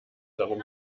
darum